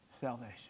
salvation